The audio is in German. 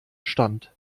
stand